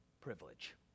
privilege